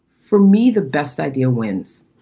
for me, the best idea wins.